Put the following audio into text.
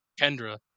Kendra